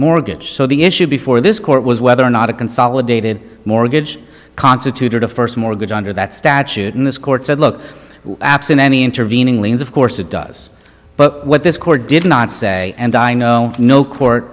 mortgage so the issue before this court was whether or not a consolidated mortgage constituted a first mortgage under that statute in this court said look absent any intervening liens of course it does but what this court did not say and i know no court